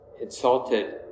insulted